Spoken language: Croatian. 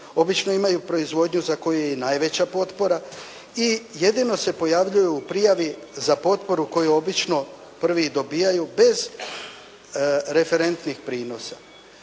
Obično imaju proizvodnju za koju je i najveća potpora i jedino se pojavljuju u prijavi za potporu koji obično prvi i dobijaju bez referentnih prinosa.